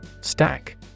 Stack